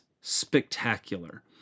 spectacular